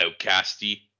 outcasty